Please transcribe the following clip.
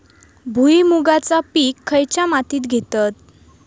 भुईमुगाचा पीक खयच्या मातीत घेतत?